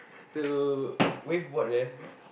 to wave board there